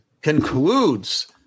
concludes